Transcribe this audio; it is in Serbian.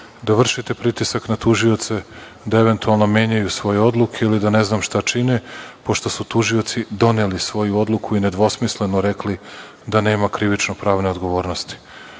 da vršite pritisak na tužioce da eventualno menjaju svoje odluke ili da ne znam šta čine, pošto su tužioci doneli svoju odluku i nedvosmisleno rekli da nema krivično-pravne odgovornosti. Tražili